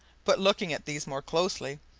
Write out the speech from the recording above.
but looking at these more closely,